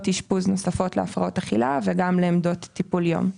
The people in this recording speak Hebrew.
אשפוז נוספות להפרעות אכילה ולעמדות לטיפול יום.